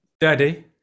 Daddy